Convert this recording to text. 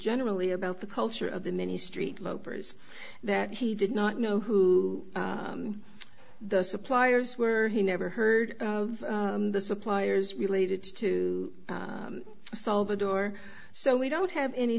generally about the culture of the many street loper is that he did not know who the suppliers were he never heard of the suppliers related to solve the door so we don't have any